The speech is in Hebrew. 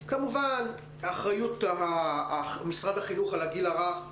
כמובן, אחריות משרד החינוך על הגיל הרך.